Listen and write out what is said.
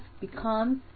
becomes